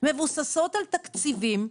מבוססות על תקציבים,